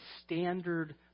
standard